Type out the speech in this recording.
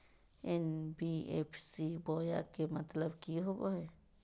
NBFC बोया के मतलब कि होवे हय?